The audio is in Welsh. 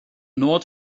nod